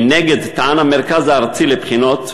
מנגד טען המרכז הארצי לבחינות,